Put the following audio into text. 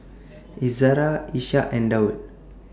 Izara Ishak and Daud